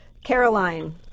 Caroline